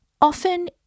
Often